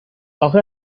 آخه